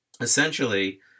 essentially